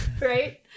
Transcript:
right